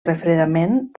refredament